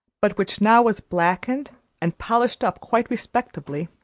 but which now was blackened and polished up quite respectably,